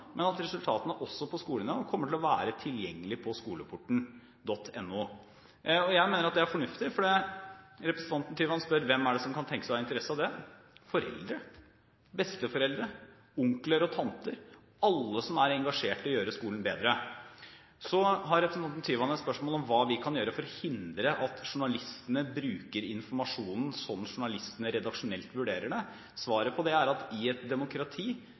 men at resultatene, også på skolenivå, kommer til å være tilgjengelig på skoleporten.no. Jeg mener det er fornuftig. Representanten Tyvand spør om hvem som kan tenke seg å ha interesse av det. Svaret er foreldre, besteforeldre, onkler og tanter – alle som er interessert i å gjøre skolen bedre. Representanten Tyvand stiller et spørsmål om hva vi kan gjøre for å hindre at journalistene bruker informasjonen slik journalistene redaksjonelt vurderer det. Svaret på det er at i et demokrati: